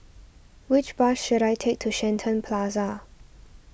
which bus should I take to Shenton Plaza